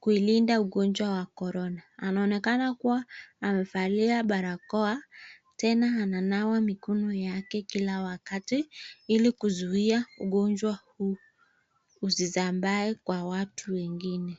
kuilinda ugonjwa wa korona , anaonekana kuwa amevalia barakoa tena ananawa mikono yake kila wakati ili kuzuia ugonjwa huu usisambae kwa watu wengine.